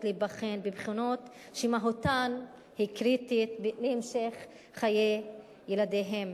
להיבחן בבחינות שמהותן היא קריטית להמשך חיי ילדיהן.